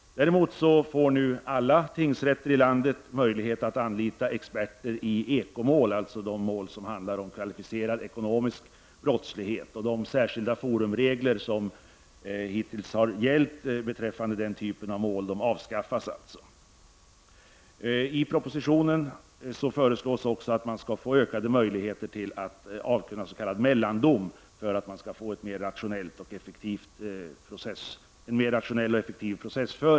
Däremot får nu alla tingsrätter i landet möjlighet att anlita experter i ekomål, dvs. de mål som handlar om kvalificerad ekonomisk brottslighet. De hittillsvarande forumreglerna beträffande den typen av mål avskaffas alltså. I propositionen föreslås också att det skall bli ökade möjligheter att avkunna s.k. mellandom för att processföringen skall bli mera rationell och effektiv.